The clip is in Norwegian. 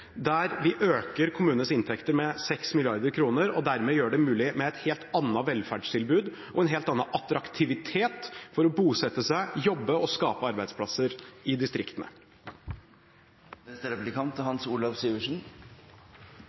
der vi øker kommunenes inntekter med 6 mrd. kr og dermed gjør det mulig med et helt annet velferdstilbud og en helt annen attraktivitet for å bosette seg, jobbe og skape arbeidsplasser i distriktene. Representanten Serigstad Valen er